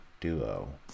duo